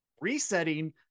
resetting